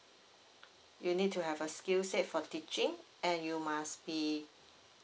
you need to have a skillset for teaching and you must be